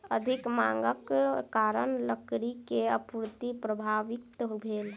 अधिक मांगक कारण लकड़ी के आपूर्ति प्रभावित भेल